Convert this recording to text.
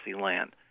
land